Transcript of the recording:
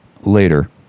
later